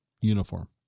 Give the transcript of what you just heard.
uniform